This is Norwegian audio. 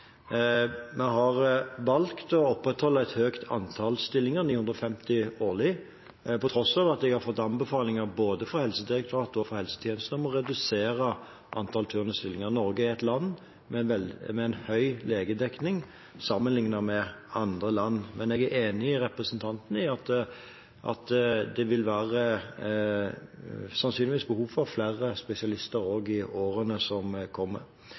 Vi har valgt å opprettholde et høyt antall stillinger, 950 årlig, på tross av at jeg har fått anbefalinger både fra Helsedirektoratet og fra helsetjenesten om å redusere antallet turnusstillinger. Norge er et land med høy legedekning sammenliknet med andre land. Jeg er enig med representanten i at det sannsynligvis vil være behov for flere spesialister også i årene som kommer.